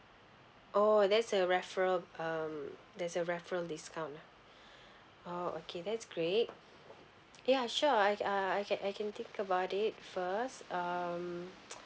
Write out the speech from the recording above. oh there's a referrer um there's a referrer discount ah oh okay that's great ya sure I uh I can I can think about it first um